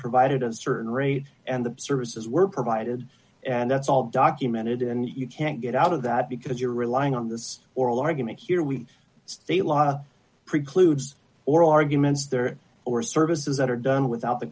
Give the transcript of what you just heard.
provided a certain rate and the services were provided and that's all documented and you can't get out of that because you're relying on this oral argument here we state law precludes oral arguments there or services that are done without the